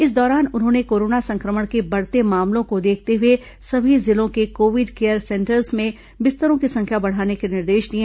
इस दौरान उन्होंने कोरोना संक्रमण के बढ़ते मामलों को देखते हुए सभी जिलों के कोविड केयर सेंटर्स में बिस्तरों की संख्या बढ़ाने के निर्देश दिए